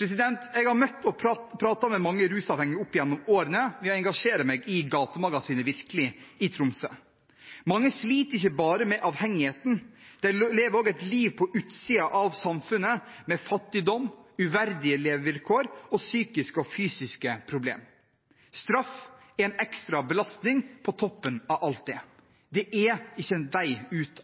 Jeg har møtt og pratet med mange rusavhengige opp gjennom årene ved å engasjere meg i Gatemagasinet Virkelig i Tromsø. Mange sliter ikke bare med avhengigheten, de lever også et liv på utsiden av samfunnet, med fattigdom, uverdige levevilkår og psykiske og fysiske problemer. Straff er en ekstra belastning på toppen av alt det. Det er ikke